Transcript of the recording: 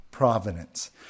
Providence